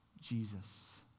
Jesus